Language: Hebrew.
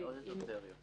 אם